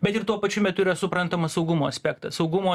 bet ir tuo pačiu metu yra suprantamas saugumo aspektas saugumo